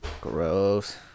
Gross